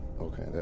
Okay